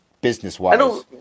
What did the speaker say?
business-wise